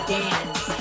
dance